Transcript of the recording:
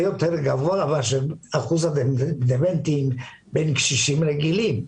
יותר גבוה מאשר אחוז הדמנטיים בין קשישים רגילים.